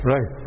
Right